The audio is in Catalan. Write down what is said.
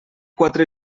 quatre